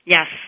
Yes